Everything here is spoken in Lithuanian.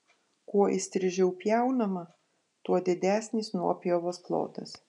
kuo įstrižiau pjaunama tuo didesnis nuopjovos plotas